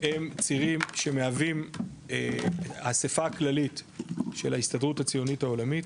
הם צירים שמהווים אספה הכללית של ההסתדרות הציונית העולמית